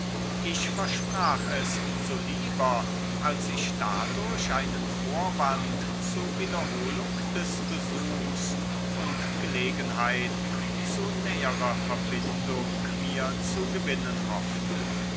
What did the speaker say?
ich versprach es um so lieber als ich dadurch einen vorwand zu wiederholung des besuchs und gelegenheit zu näherer verbindung mir zu gewinnen hoffte